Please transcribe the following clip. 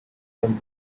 them